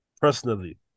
personally